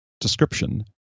description